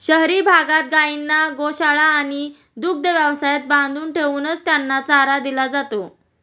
शहरी भागात गायींना गोशाळा आणि दुग्ध व्यवसायात बांधून ठेवूनच त्यांना चारा दिला जातो